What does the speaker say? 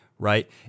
right